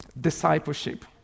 discipleship